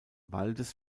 waldes